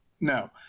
No